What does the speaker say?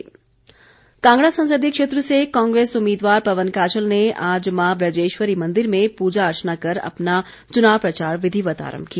पवन काजल कांगड़ा संसदीय क्षेत्र से कांग्रेस उम्मीदवार पवन काजल ने आज मां बजेश्वरी मंदिर में पूजा अर्चना कर अपना चुनाव प्रचार विधिवत आरंभ किया